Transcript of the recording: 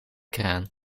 kraan